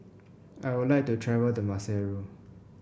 I would like to travel to Maseru